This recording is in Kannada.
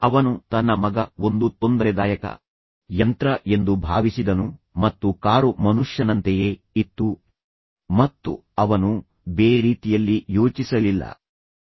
ಅವನು ತನ್ನ ಮಗ ಒಂದು ತೊಂದರೆದಾಯಕ ಯಂತ್ರ ಎಂದು ಭಾವಿಸಿದನು ಮತ್ತು ನಂತರ ಕಾರು ಮನುಷ್ಯನಂತೆಯೇ ಇತ್ತು ಮತ್ತು ಅವನು ಬೇರೆ ರೀತಿಯಲ್ಲಿ ಯೋಚಿಸುವ ಬದಲು ಕಾರನ್ನು ಸ್ಕ್ರಾಚಿಂಗ್ ಮತ್ತು ನೋಯಿಸುತ್ತಾನೆ